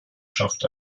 schafft